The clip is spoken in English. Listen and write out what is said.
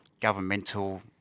governmental